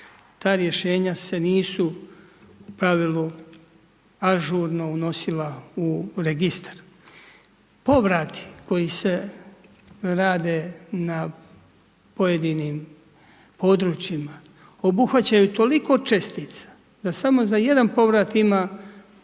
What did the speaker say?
Ta rješenja se nisu u pravilu ažurno unosila u registar. Povrat koji se rade na pojedinim područjima obuhvaćaju toliko čestica da samo za jedan povrat ima